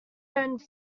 own